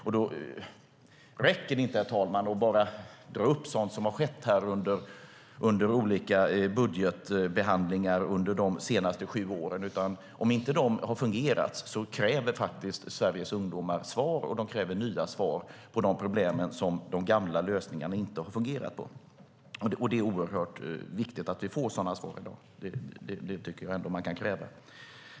Då räcker det inte att bara dra upp sådant som har skett under olika budgetbehandlingar under de senaste sju åren. Om de inte har fungerat kräver Sveriges ungdomar svar, och de kräver nya lösningar på de problem som de gamla lösningarna inte har kunnat råda bot på. Det är viktigt att vi får dessa svar i dag. Det tycker jag att man kan kräva.